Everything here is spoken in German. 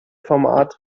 format